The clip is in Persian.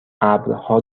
ابرها